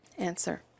Answer